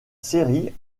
séries